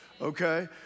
okay